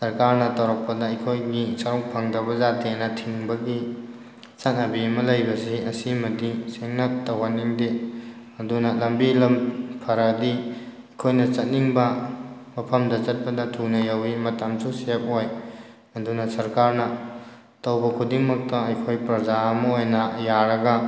ꯁꯔꯀꯥꯔꯅ ꯇꯧꯔꯛꯄꯗ ꯑꯩꯈꯣꯏꯒꯤ ꯁꯔꯨꯛ ꯐꯪꯗꯕ ꯌꯥꯗꯦꯅ ꯊꯤꯡꯕꯒꯤ ꯆꯠꯅꯕꯤ ꯑꯃ ꯂꯩꯕꯁꯤ ꯑꯁꯤꯃꯗꯤ ꯁꯦꯡꯅ ꯇꯧꯍꯟꯅꯤꯡꯗꯦ ꯑꯗꯨꯅ ꯂꯝꯕꯤ ꯂꯝ ꯐꯔꯛꯑꯗꯤ ꯑꯩꯈꯣꯏꯅ ꯆꯠꯅꯤꯡꯕ ꯃꯐꯝꯗ ꯆꯠꯄꯗ ꯊꯨꯅ ꯌꯧꯋꯤ ꯃꯇꯝꯁꯨ ꯁꯦꯕ ꯑꯣꯏ ꯑꯗꯨꯅ ꯁꯔꯀꯥꯔꯅ ꯇꯧꯕ ꯈꯨꯗꯤꯡꯃꯛꯇ ꯑꯩꯈꯣꯏ ꯄ꯭ꯔꯖꯥ ꯑꯃ ꯑꯣꯏꯅ ꯌꯥꯔꯒ